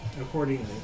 accordingly